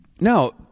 Now